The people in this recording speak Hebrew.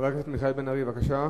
חבר הכנסת מיכאל בן-ארי, בבקשה.